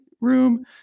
room